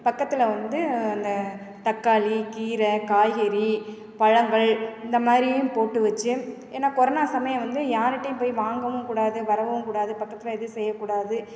பக்கத்தில் வந்து அந்தத் தக்காளி கீரை காய்கறி பழங்கள் இந்த மாதிரியும் போட்டு வச்சு ஏன்னா கொரோனா சமயம் வந்து யாருகிட்டையும் போய் வாங்கவும் கூடாது வரவும் கூடாது பக்கத்தில் எதுவும் செய்யக்கூடாது